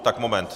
Tak moment.